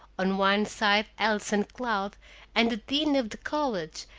on one side allison cloud and the dean of the college,